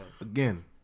Again